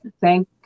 thank